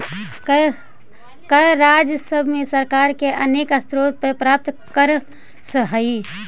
कर राजस्व सरकार अनेक स्रोत से प्राप्त करऽ हई